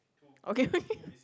okay